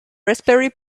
raspberry